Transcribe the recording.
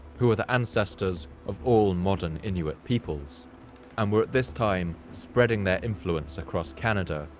who are the ancestors of all modern inuit peoples and were at this time spreading their influence across canada,